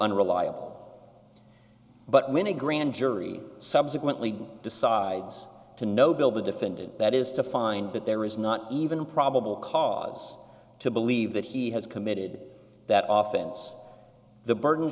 unreliable but when a grand jury subsequently decides to know bill the defendant that is to find that there is not even probable cause to believe that he has committed that often the burden